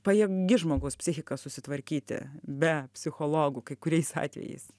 pajėgi žmogaus psichika susitvarkyti be psichologų kai kuriais atvejais